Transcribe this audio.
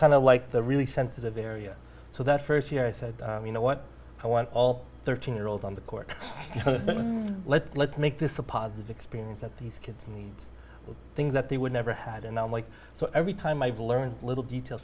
kind of like a really sensitive area so that st year i said you know what i want all thirteen year olds on the court and let's let's make this a positive experience that these kids and the things that they would never had and then like so every time i've learned little detail